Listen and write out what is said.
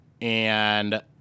and-